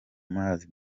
mazi